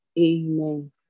Amen